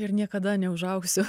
ir niekada neužaugsiu